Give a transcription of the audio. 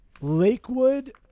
lakewood